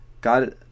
God